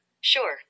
Sure